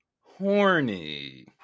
horny